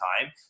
time